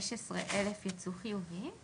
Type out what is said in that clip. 15 אלף יצאו חיוביים?